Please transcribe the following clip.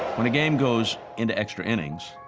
when a game goes into extra innings,